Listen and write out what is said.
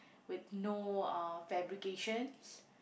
with no uh fabrications